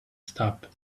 stop